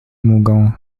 mougon